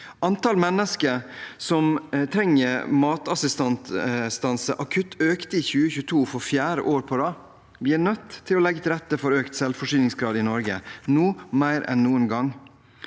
Antall mennesker som trenger matassistanse akutt, økte i 2022 for fjerde år på rad. Vi er nødt til å legge til rette for økt selvforsyningsgrad i Norge, nå mer enn noen gang.